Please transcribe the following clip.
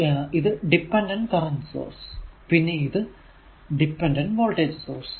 ഇത് ഇത് depended current source പിന്നെ ഇത് ഡിപെൻഡഡ് വോൾടേജ് സോഴ്സ്